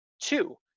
Two